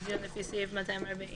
על דיון לפי סעיף 240(ד).